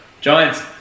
Giants